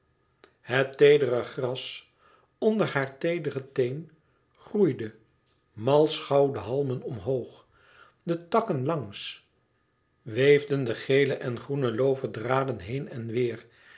het teedere gras onder haar teedere teen groeide malsch gouden halmen omhoog de takken langs weefden de gele en groene looverdraden heen en weêr